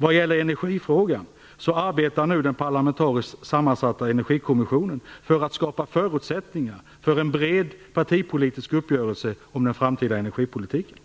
Vad gäller energifrågan arbetar nu den parlamentariskt sammansatta Energikommissionen för att skapa förutsättningar för en bred partipolitisk uppgörelse om den framtida energipolitiken.